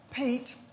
Pete